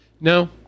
No